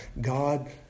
God